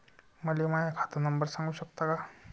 मले माह्या खात नंबर सांगु सकता का?